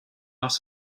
not